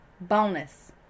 bonus